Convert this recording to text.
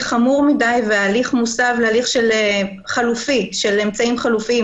חמור מדי וההליך מוסב להליך חלופי של אמצעים חלופיים,